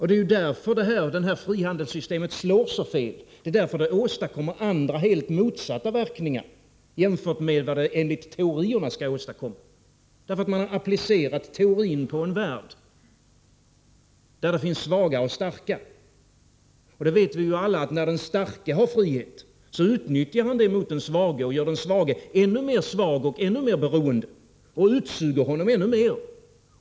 Det är därför detta frihandelssystem slår så fel och åstadkommer andra, helt motsatta verkningar jämfört med vad det enligt teorierna skall åstadkomma. Man har nämligen applicerat teorin på en värld där det finns svaga och starka. Och vi vet ju alla att när den starke har frihet så utnyttjar han den mot den svage och gör den svage ännu mer svag och beroende och utsuger honom ännu mer.